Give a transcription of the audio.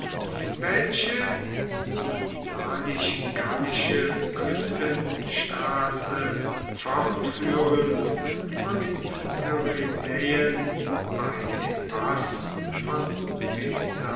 welche die italisch gallische küstenstraße fortführend und die pyrenäen bei dem paß von